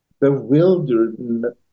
bewildered